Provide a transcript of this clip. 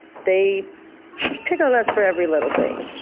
they pick on us for every little thing,